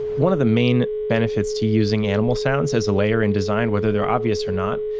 one of the main benefits to using animal sounds as a layer in design, whether they're obvious or not,